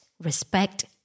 respect